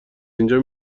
اینجا